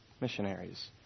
missionaries